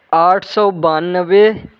आठ सौ बानवे